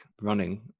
running